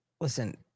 listen